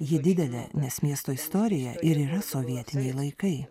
ji didelė nes miesto istorija ir yra sovietiniai laikai